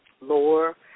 lower